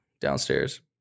downstairs